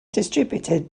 distributed